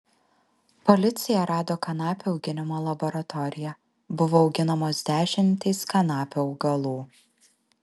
policija rado kanapių auginimo laboratoriją buvo auginamos dešimtys kanapių augalų